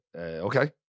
Okay